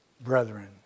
brethren